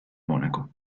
mónaco